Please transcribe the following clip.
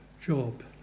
job